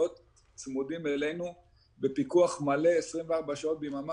צמודים אלינו בפיקוח מלא 24 שעות ביממה,